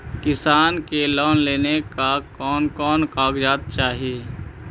किसान के लोन लेने ला कोन कोन कागजात चाही?